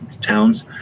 towns